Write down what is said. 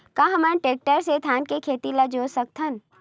का हमन टेक्टर से धान के खेत ल जोत सकथन?